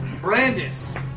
Brandis